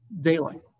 daylight